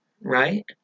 right